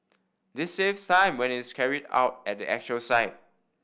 this saves time when it is carried out at the actual site